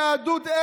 היהדות,